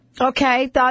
Okay